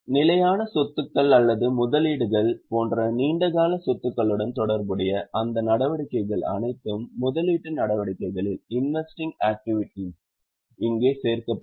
நிலையான சொத்துகள் அல்லது முதலீடுகள் போன்ற நீண்ட கால சொத்துகளுடன் தொடர்புடைய அந்த நடவடிக்கைகள் அனைத்தும் முதலீட்டு நடவடிக்கைகளில் இங்கே சேர்க்கப்படும்